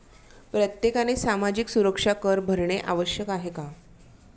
प्रत्येकाने सामाजिक सुरक्षा कर भरणे आवश्यक आहे का?